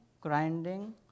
grinding